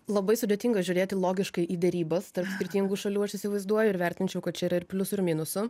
labai sudėtinga žiūrėti logiškai į derybas tarp skirtingų šalių aš įsivaizduoju ir vertinčiau kad čia yra ir pliusų ir minusų